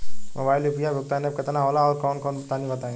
Mobile म UPI भुगतान app केतना होला आउरकौन कौन तनि बतावा?